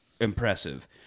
impressive